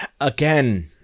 again